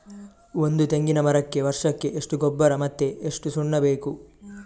ಒಂದು ತೆಂಗಿನ ಮರಕ್ಕೆ ವರ್ಷಕ್ಕೆ ಎಷ್ಟು ಗೊಬ್ಬರ ಮತ್ತೆ ಎಷ್ಟು ಸುಣ್ಣ ಬೇಕು?